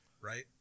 right